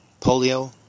Polio